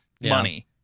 money